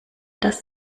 das